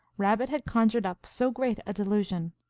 rabbit had conjured up so great a delusion.